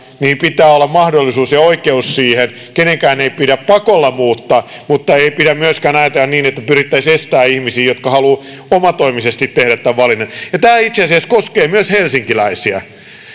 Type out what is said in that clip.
niin pitää olla mahdollisuus ja oikeus siihen kenenkään ei pidä pakolla muuttaa mutta ei pidä myöskään ajatella niin että pyrittäisiin estämään ihmisiä jotka haluavat omatoimisesti tehdä tämän valinnan ja tämä itse asiassa koskee myös helsinkiläisiä